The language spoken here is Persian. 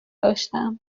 داشتم